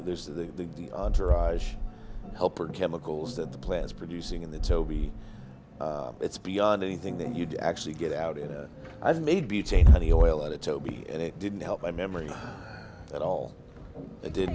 there's the entourage helper chemicals that the plan is producing in the toby it's beyond anything that you'd actually get out in i've made butane honey oil out of toby and it didn't help my memory at all i did